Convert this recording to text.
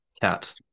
Cat